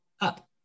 Up